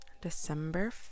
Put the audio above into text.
December